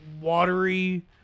watery